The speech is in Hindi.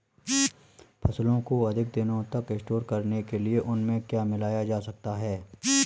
फसलों को अधिक दिनों तक स्टोर करने के लिए उनमें क्या मिलाया जा सकता है?